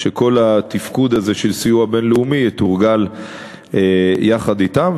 וכל התפקוד הזה של סיוע בין-לאומי יתורגל יחד אתן.